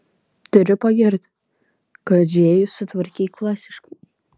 turiu pagirti kad džėjų sutvarkei klasiškai